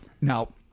Now